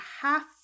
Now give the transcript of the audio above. half